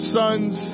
sons